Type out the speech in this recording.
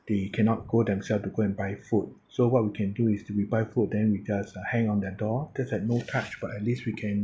they cannot go themselves to go and buy food so what we can do is to we buy food for then we just uh that hang on their door just that no touch but at least we can